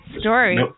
story